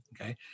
Okay